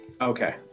Okay